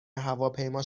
هواپیما